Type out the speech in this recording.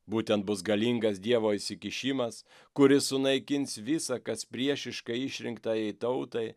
būtent bus galingas dievo įsikišimas kuris sunaikins visa kas priešiška išrinktajai tautai